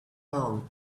down